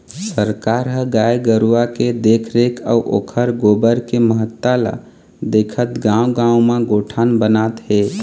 सरकार ह गाय गरुवा के देखरेख अउ ओखर गोबर के महत्ता ल देखत गाँव गाँव म गोठान बनात हे